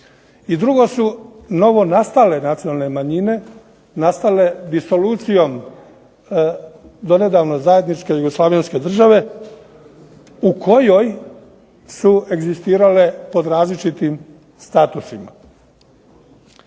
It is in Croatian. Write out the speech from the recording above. I drugo su novonastale nacionalne manjine, nastale disolucijom donedavno zajedničke Jugoslavenske države u kojoj su egzistirale pod različitim statusima.